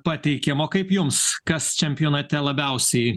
pateikėm o kaip jums kas čempionate labiausiai